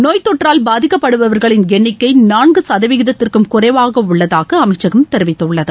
நோய் தொற்றால் பாதிக்கப்படுபவர்களின் எண்ணிக்கை நான்கு சதவீதத்திற்கும் குறைவாக உள்ளதாக அமைச்சகம் தெரிவித்துள்ளது